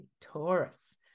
Taurus